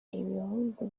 ibihugu